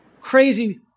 crazy